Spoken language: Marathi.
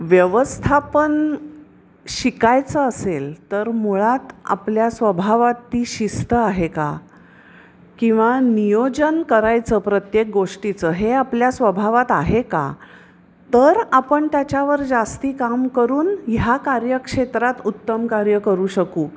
व्यवस्थापन शिकायचं असेल तर मुळात आपल्या स्वभावात ती शिस्त आहे का किंवा नियोजन करायचं प्रत्येक गोष्टीचं हे आपल्या स्वभावात आहे का तर आपण त्याच्यावर जास्त काम करून ह्या कार्यक्षेत्रात उत्तम कार्य करू शकू